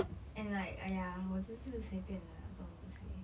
and like !aiya! 我只是随便的啦这种东西